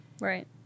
Right